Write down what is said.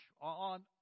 on